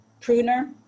pruner